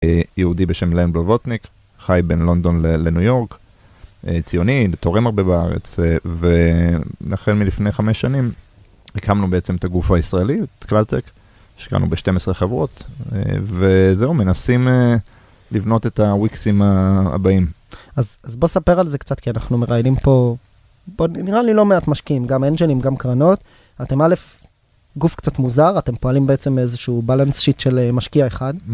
יהודי בשם לאן בלווטניק, חי בין לונדון לניו יורק, ציוני תורם הרבה בארץ והחל מלפני חמש שנים הקמנו בעצם את הגוף הישראלי את כלל-טק, השקענו ב12 חברות וזהו מנסים לבנות את הוויקסים הבאים. אז בוא ספר על זה קצת כי אנחנו מראיינים פה נראה לי לא מעט משקיעים גם engine גם קרנות אתם א' - גוף קצת מוזר אתם פועלים בעצם באיזשהו בלנס שיט של משקיע אחד.